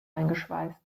eingeschweißt